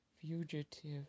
fugitive